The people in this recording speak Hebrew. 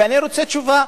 ואני רוצה תשובה,